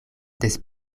des